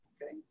Okay